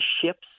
ships